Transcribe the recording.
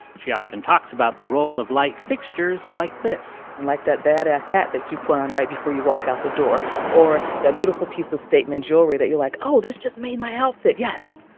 she often talks about the role of light fixtures like this like, that badass hat that you put on right before you walk out the door or that beautiful piece of statement jewelry that you're like, oh, this just made my outfit. yes,